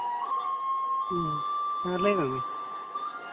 ᱦᱮᱸ ᱞᱟᱹᱭ ᱢᱮ ᱢᱟᱹᱭ